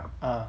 ah